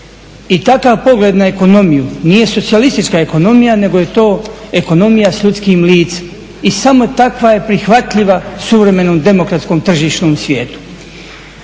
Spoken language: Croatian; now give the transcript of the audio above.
i takav pogled na ekonomiju nije socijalistička ekonomija nego je to ekonomija s ljudskim licem i samo je takva prihvatljiva suvremenom demokratskom svijetu.